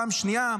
פעם שנייה,